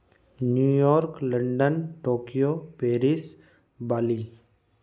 New York London Tokyo Paris Bali